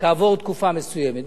כעבור תקופה מסוימת.